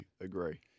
agree